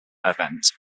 event